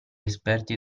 esperti